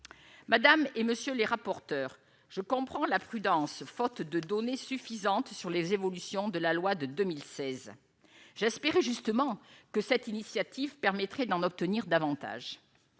madame et monsieur les rapporteurs, je comprends la prudence, faute de données suffisantes sur les évolutions de la loi de 2016, j'espérais justement que cette initiative permettrait d'en obtenir davantage